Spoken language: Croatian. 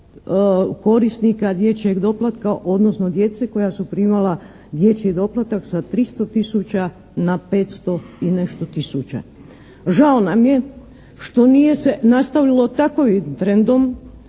korisnika dječjeg doplatka, odnosno djece koja su primala dječji doplatak sa 300 tisuća na 500 i nešto tisuća. Žao nam je što nije se nastavilo takvim trendom,